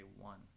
one